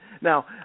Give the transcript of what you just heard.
Now